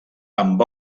amb